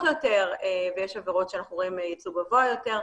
יותר ויש עבירות שאנחנו רואים ייצוג גבוה יותר.